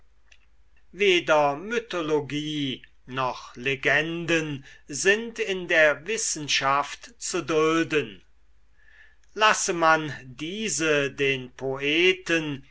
weder mythologie noch legenden sind in der wissenschaft zu dulden lasse man diese den poeten